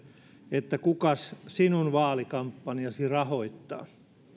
että kukas sinun vaalikampanjasi rahoittaa